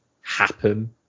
happen